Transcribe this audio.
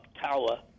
tower